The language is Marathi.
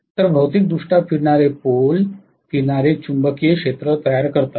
तर भौतिकदृष्टया फिरणारे पोल फिरणारे चुंबकीय क्षेत्र तयार करतात